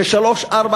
ששלוש-ארבע